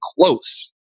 close